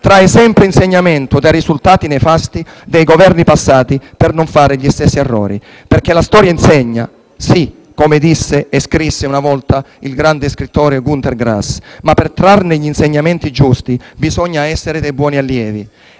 trae sempre insegnamento dai risultati nefasti dei Governi passati per non fare gli stessi errori. La storia insegna - come disse e scrisse una volta il grande scrittore Günter Grass - ma per trarne gli insegnamenti giusti bisogna essere dei buoni allievi.